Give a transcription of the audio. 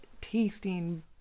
tasting